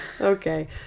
okay